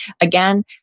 Again